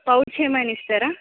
pouch ఏమైనా ఇస్తారా